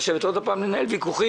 לשבת עוד הפעם לנהל ויכוחים?